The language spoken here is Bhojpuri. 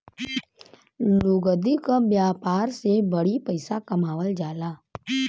लुगदी क व्यापार से बड़ी पइसा कमावल जाला